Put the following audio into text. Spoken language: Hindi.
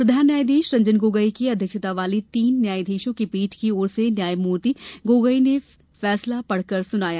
प्रधान न्यायाधीश रंजन गोगोई की अध्यक्षता वाली तीन न्यायाधीशों की पीठ की ओर से न्यायमूर्ति गोगोई ने फैसला पढ़कर सुनाया